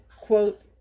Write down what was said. quote